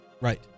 Right